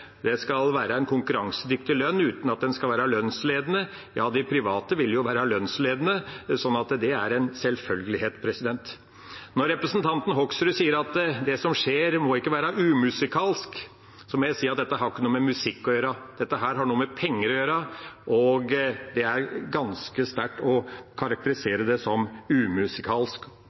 det skal være en konkurransedyktig lønn uten at den skal være lønnsledende. De private vil være lønnsledende, det er en selvfølgelighet. Når representanten Hoksrud sier at det som skjer, ikke må være umusikalsk, må jeg si at dette har ikke noe med musikk å gjøre. Dette har noe med penger å gjøre. Det er ganske sterkt å karakterisere det som umusikalsk.